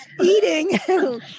eating